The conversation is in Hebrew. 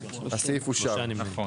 הצבעה בעד